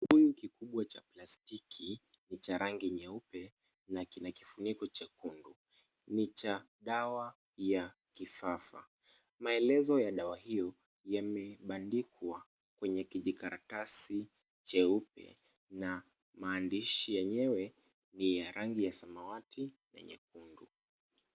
Kibuyu kikubwa cha plastiki ni cha rangi nyeupe na kina kifuniko chekundu . Ni cha dawa ya kifafa. Maelezo ya dawa hio yamebandikwa kwenye kijikaratasi cheupe na maandishi yenyewe ni ya rangi ya samawati na nyekundu.